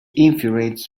infuriates